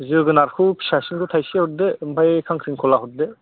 जोगोनारखौ फिसासिनखौ थाइसे हरदो आमफ्राय खांख्रिंखला हरदो